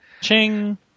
Ching